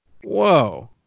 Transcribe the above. Whoa